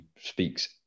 speaks